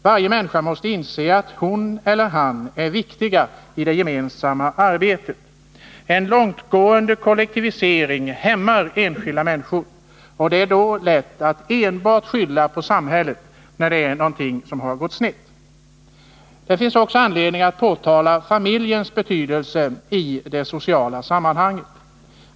Varje människa måste inse att hon eller han är viktig i det gemensamma arbetet. En långtgående kollektivisering hämmar enskilda människor, och det är då lätt att enbart skylla på samhället när något går snett. Det finns också anledning att påpeka familjens betydelse i det sociala sammanhanget.